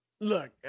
Look